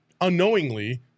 unknowingly